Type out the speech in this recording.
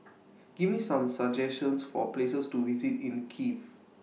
Give Me Some suggestions For Places to visit in Kiev